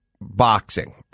boxing